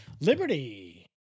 Liberty